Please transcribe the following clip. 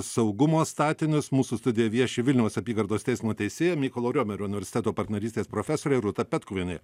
saugumo statinius mūsų studijoj vieši vilniaus apygardos teismo teisėja mykolo riomerio universiteto partnerystės profesorė rūta petkuvienė